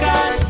God